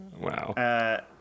Wow